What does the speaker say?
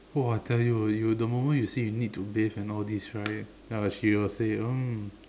!wah! tell you you the moment you see need to bathe and all these right then she will say mm